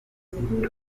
umukobwa